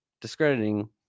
discrediting